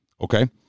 okay